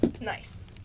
Nice